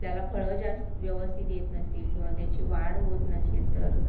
त्याला फळं जास्त व्यवस्थित येत नसतील किंवा त्याची वाढ होत नसेल तर